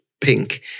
pink